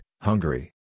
Hungary